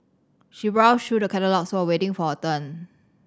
she browsed through the catalogues while waiting for her turn